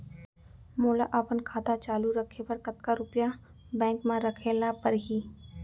मोला अपन खाता चालू रखे बर कतका रुपिया बैंक म रखे ला परही?